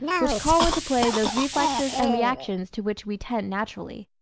which call into play those reflexes and reactions to which we tend naturally.